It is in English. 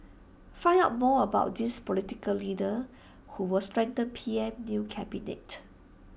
find out more about these political leaders who will strengthen P M new cabinet